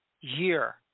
Year